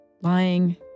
lying